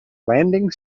landing